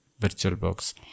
VirtualBox